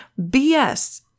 BS